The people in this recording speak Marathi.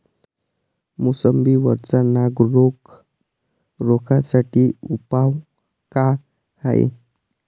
मोसंबी वरचा नाग रोग रोखा साठी उपाव का हाये?